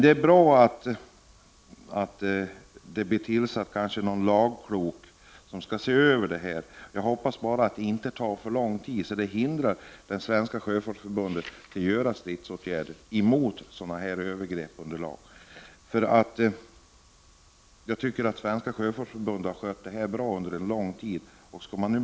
Det är bra att arbetsmarknadsministern ser till att någon lagklok person får i uppdrag att se över det här. Jag hoppas bara att det inte tar för lång tid, så att Svenska sjöfolksförbundet hindras att vidta stridsåtgärder mot sådana här övergrepp. Jag tycker att Svenska sjöfolksförbundet har skött sina åligganden i detta sammanhang bra under en lång tid.